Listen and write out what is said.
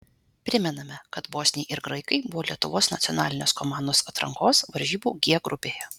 primename kad bosniai ir graikai buvo lietuvos nacionalinės komandos atrankos varžybų g grupėje